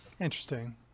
Interesting